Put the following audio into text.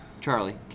Charlie